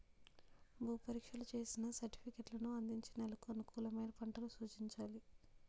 భూ పరీక్షలు చేసిన సర్టిఫికేట్లను అందించి నెలకు అనుకూలమైన పంటలు సూచించాలి